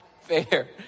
fair